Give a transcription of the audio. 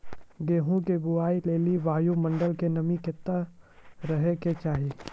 गेहूँ के बुआई लेल वायु मंडल मे नमी केतना रहे के चाहि?